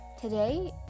Today